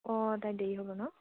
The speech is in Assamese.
অঁ তাইৰ দেৰি হ'ব ন